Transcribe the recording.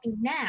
now